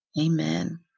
Amen